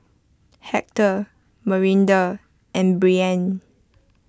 Hector Marinda and Brianne